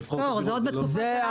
צריך לזכור, זה עוד בתקופה של אבא שלי.